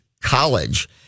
college